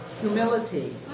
Humility